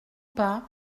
pas